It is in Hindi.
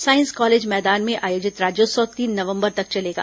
साईंस कॉलेज मैदान में आयोजित राज्योत्सव तीन नवंबर तक चलेगा